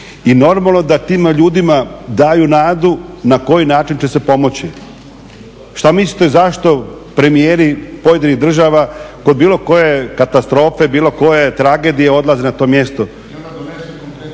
i normalno da tim ljudima daju nadu na koji način će se pomoći. Šta mislite zašto premijeri pojedinih država kod bilo koje katastrofe, bilo koje tragedije odlazi na to mjesto.